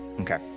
Okay